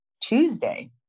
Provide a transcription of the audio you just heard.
Tuesday